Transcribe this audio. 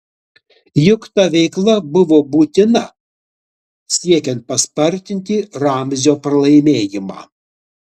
juk ta veikla buvo būtina siekiant paspartinti ramzio pralaimėjimą